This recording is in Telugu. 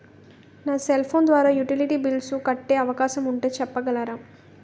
నా సెల్ ఫోన్ ద్వారా యుటిలిటీ బిల్ల్స్ కట్టే అవకాశం ఉంటే చెప్పగలరా?